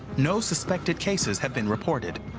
no suspected cases have been reported.